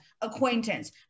acquaintance